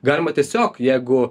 galima tiesiog jeigu